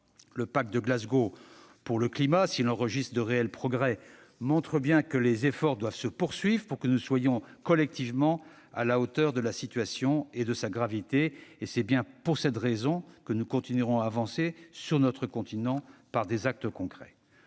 Le pacte de Glasgow pour le climat, s'il enregistre de réels progrès, montre bien que les efforts doivent se poursuivre pour que nous soyons, collectivement, à la hauteur de la situation et de sa gravité. C'est bien pour cette raison que nous continuerons à avancer, sur notre continent, par des actes concrets.